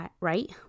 right